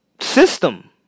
system